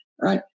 right